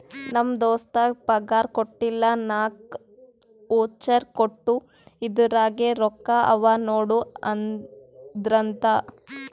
ನಮ್ ದೋಸ್ತಗ್ ಪಗಾರ್ ಕೊಟ್ಟಿಲ್ಲ ನಾಕ್ ವೋಚರ್ ಕೊಟ್ಟು ಇದುರಾಗೆ ರೊಕ್ಕಾ ಅವಾ ನೋಡು ಅಂದ್ರಂತ